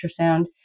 ultrasound